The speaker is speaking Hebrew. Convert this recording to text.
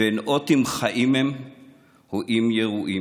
ואין אות אם חיים הם או אם ירויים.